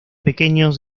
pequeños